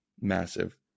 massive